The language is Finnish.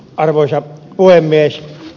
arvoisa puhemies